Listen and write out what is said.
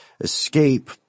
escape